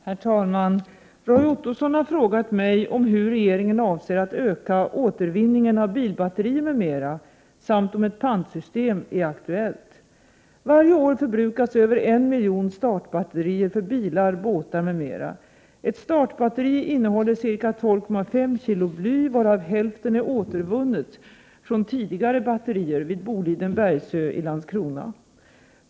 Herr talman! Roy Ottosson har frågat mig hur regeringen avser att öka återvinningen av bilbatterier m.m. samt om ett pantsystem är aktuellt. Varje år förbrukas över 1 miljon startbatterier för bilar, båtar m.m. Ett startbatteri innehåller ca 12,5 kg bly, varav hälften är återvunnet från tidigare batterier vid Boliden Bergsöe i Landskrona.